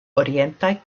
orientaj